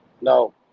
No